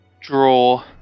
draw